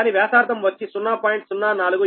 దాని వ్యాసార్థం వచ్చి 0